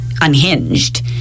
unhinged